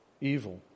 evil